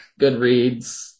Goodreads